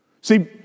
See